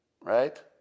right